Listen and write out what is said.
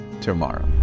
tomorrow